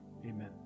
Amen